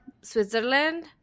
Switzerland